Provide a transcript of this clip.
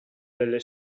delle